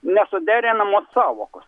nesuderinamos sąvokos